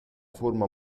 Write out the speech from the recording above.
forma